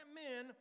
men